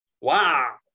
Wow